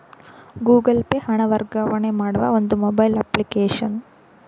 Google Pay ಹಣ ವರ್ಗಾವಣೆ ಮಾಡುವ ಒಂದು ಮೊಬೈಲ್ ಅಪ್ಲಿಕೇಶನ್